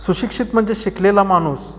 सुशिक्षित म्हणजे शिकलेला माणूस